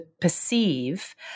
perceive